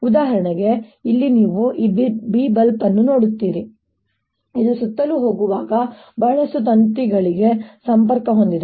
ಉದಾಹರಣೆಗೆ ಇಲ್ಲಿ ನೀವು ಈ ಬಲ್ಬ್ ಅನ್ನು ನೋಡುತ್ತೀರಿ ಇದು ಸುತ್ತಲೂ ಹೋಗುವ ಬಹಳಷ್ಟು ತಂತಿಗಳಿಗೆ ಸಂಪರ್ಕ ಹೊಂದಿದೆ